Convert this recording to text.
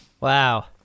Wow